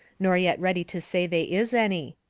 nor yet ready to say they is any.